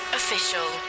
official